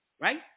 right